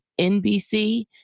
NBC